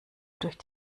durch